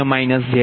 2712 j0